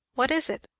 what is it?